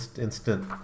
instant